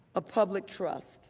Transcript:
of public trust